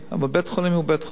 אבל בית-חולים הוא בית-חולים,